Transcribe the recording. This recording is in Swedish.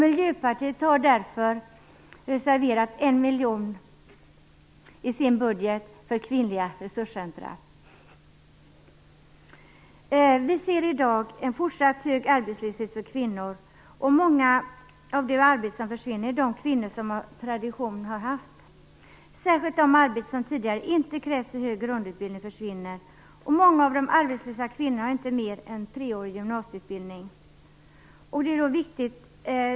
Miljöpartiet har därför reserverat 1 miljon i sin budget för kvinnliga resurscentrum. Vi ser i dag en fortsatt hög arbetslöshet för kvinnor. Många av de arbeten som försvinner är de som kvinnor av tradition har haft. Särskilt arbeten för vilka det tidigare inte har krävts så hög grundutbildning försvinner, och många av de arbetslösa kvinnorna har inte mer än treårig gymnasieutbildning.